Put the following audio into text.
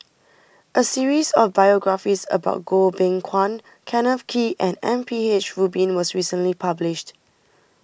a series of biographies about Goh Beng Kwan Kenneth Kee and M P H Rubin was recently published